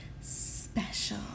Special